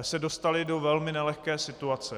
se dostaly do velmi nelehké situace.